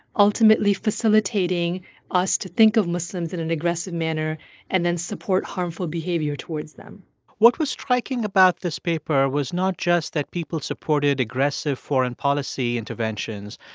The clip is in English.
ultimately facilitating us to think of muslims in an aggressive manner and then support harmful behavior towards them what was striking about this paper was not just that people supported aggressive foreign policy interventions,